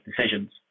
decisions